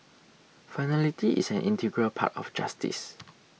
finality is an integral part of justice